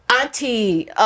auntie